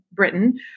Britain